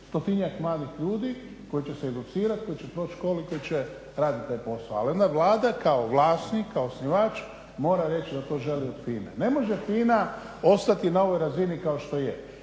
stotinjak mladih ljudi koji će se educirati, koji će proći školu i koji će raditi taj posao. Ali onda Vlada kao vlasnik, kao osnivač mora reći da to želi od FINA-e. Ne može FINA ostati na ovoj razini kao što je,